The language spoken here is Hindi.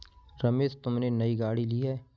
रमेश तुमने नई गाड़ी ली हैं